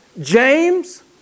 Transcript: James